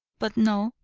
but no,